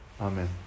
Amen